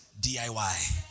DIY